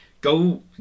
Go